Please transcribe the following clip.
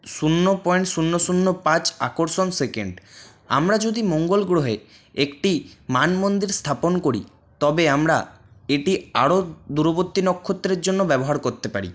শূন্য পয়েন্ট শূন্য শূন্য পাঁচ আকর্ষণ সেকেন্ড আমরা যদি মঙ্গল গ্রহে একটি মানমন্দির স্থাপন করি তবে আমরা এটি আরো দূরবর্তী নক্ষত্রের জন্য ব্যবহার করতে পারি